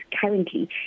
currently